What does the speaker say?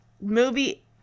movie